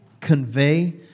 convey